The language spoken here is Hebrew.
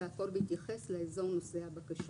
והכול בהתייחס לאזור נושא הבקשה".